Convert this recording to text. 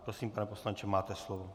Prosím, pane poslanče, máte slovo.